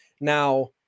Now